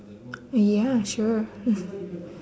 ya sure